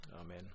Amen